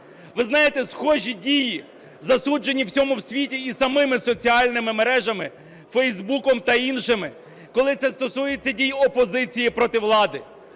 Ви знаєте, схожі дії засуджені у всьому світі і самими соціальними мережами, Facebook та іншими, коли це стосується дій опозиції проти влади.